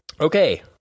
Okay